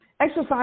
Exercise